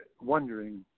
wondering